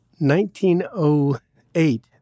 1908